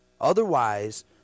Otherwise